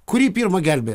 kurį pirma gelbėt